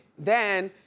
then,